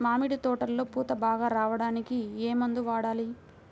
మామిడి తోటలో పూత బాగా రావడానికి ఏ మందు వాడాలి?